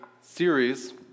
series